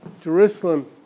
Jerusalem